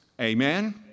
Amen